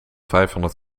vijfhonderd